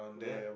yeah